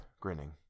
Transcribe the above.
grinning